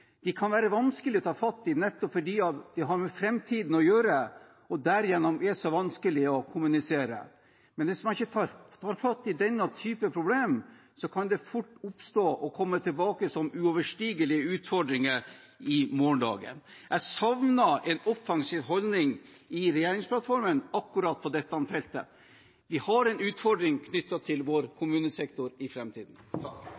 De kan være vanskelige å ta fatt i, nettopp fordi de har med framtiden å gjøre og derigjennom er så vanskelige å kommunisere. Men hvis man ikke tar fatt i denne typen problem, kan det fort oppstå og komme tilbake som uoverstigelige utfordringer i morgendagen. Jeg savner en offensiv holdning i regjeringsplattformen akkurat på dette feltet. Vi har en utfordring knyttet til vår